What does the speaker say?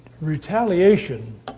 retaliation